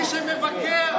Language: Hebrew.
מי שמבקר משפחות של מחבלים.